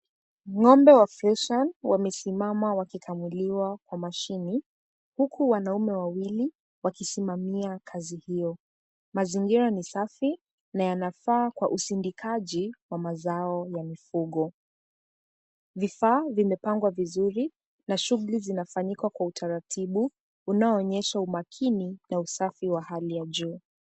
Ng'ombe wa freshian wamesimama wakikamuliwa kwa mashini . Huku wanaume wawili wakisimamia kazi hiyo. Mazingira ni safi na yanafaa kwa usindikaji wa mazao ya mifugo. Vifaa vimepangwa vizuri na shughuli zinafanyika kwa utaratibu unaoonyesha umakini na usafi wa hali ya juu.